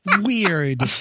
Weird